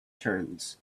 turns